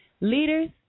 leaders